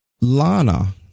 Lana